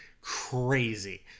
crazy